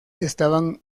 estaban